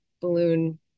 balloon